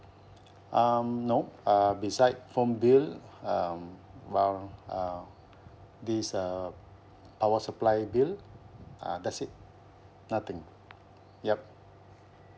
um no uh beside phone bill um well uh this uh power supply bill uh that's it nothing yup